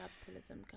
capitalism